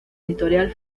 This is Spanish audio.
editorial